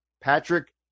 Patrick